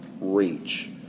reach